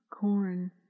corn